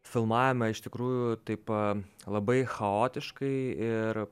filmavome iš tikrųjų taip labai chaotiškai ir